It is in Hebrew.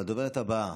הדוברת הבאה,